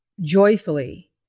joyfully